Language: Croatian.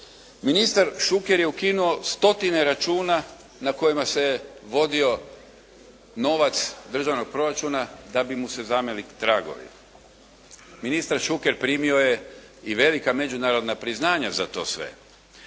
Ministar Šuker je ukinuo stotine računa na kojima se vodio novac državnog proračuna da bi mu se zameli tragovi. Ministar Šuker primio je i velika međunarodna priznanja za to sve.